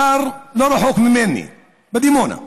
גר לא רחוק ממני, בדימונה,